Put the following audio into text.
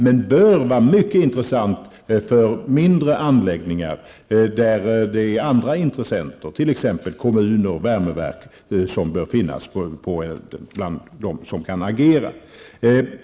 Den bör däremot vara mycket intressant för mindre anläggningar med andra intressenter, t.ex. kommuner och värmeverk. Dessa bör finnas bland dem som kan agera.